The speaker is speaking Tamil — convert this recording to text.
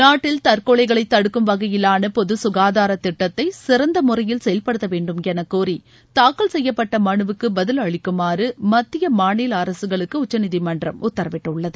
நாட்டில் தற்கொலைகளை தடுக்கும் வகையிலான பொது சுகாதாரத் திட்டத்தை சிறந்த முறையில் செயல்படுத்த வேண்டும் என கோரி தாக்கல் செய்யப்பட்ட மனுவுக்கு பதில் அளிக்குமாறு மத்திய மாநில அரசுகளுக்கு உச்சநீதிமன்றம் உத்தரவிட்டுள்ளது